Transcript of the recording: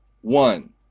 one